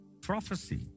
prophecy